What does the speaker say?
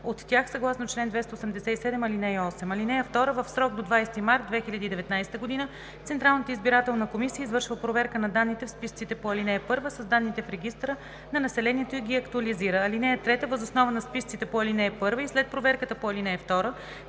от тях съгласно чл. 287, ал. 8. (2) В срок до 20 март 2019 г. Централната избирателна комисия извършва проверка на данните в списъците по ал. 1 с данните в регистъра на населението и ги актуализира. (3) Въз основа на списъците по ал. 1 и след проверката по ал. 2